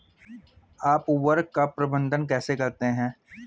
आप उर्वरक का प्रबंधन कैसे करते हैं?